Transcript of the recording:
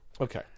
okay